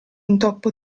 intoppo